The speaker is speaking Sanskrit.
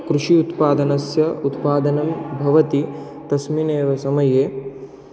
कृषि उत्पादनस्य उत्पादनं भवति तस्मिन्नेव समये